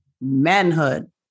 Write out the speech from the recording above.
Manhood